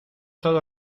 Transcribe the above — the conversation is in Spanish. todo